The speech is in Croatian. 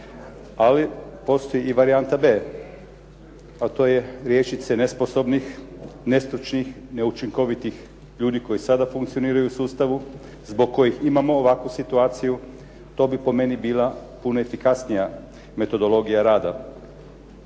ali postoji i varijanta B a to je riješiti se nesposobnih, nestručnih, neučinkovitih ljudi koji sada funkcioniraju u sustavu zbog kojih imamo ovakvu situaciju. To bi po meni bila puno efikasnija metodologija rada.